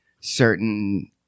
certain